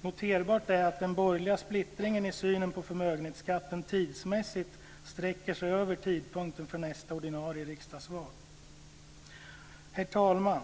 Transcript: Noterbart är att den borgerliga splittringen i synen på förmögenhetsskatten tidsmässigt sträcker sig över tidpunkten för nästa ordinarie riksdagsval. Herr talman!